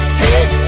hey